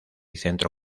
centro